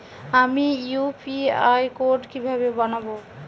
আমি UPI code কিভাবে বানাব?